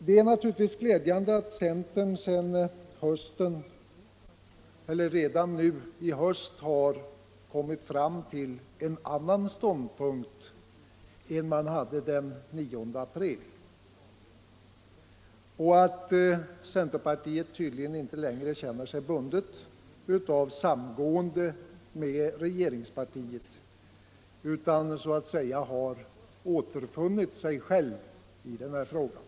Det är naturligtvis glädjande att centerpartiet redan nu i höst kommit fram till en annan ståndpunkt än den som man intog den 9 april och att centerpartiet tydligen inte längre känner sig bundet av samgåendet med regeringspartiet utan så att säga har återfunnit sig självt i den här frågan.